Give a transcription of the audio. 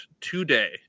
today